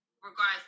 regards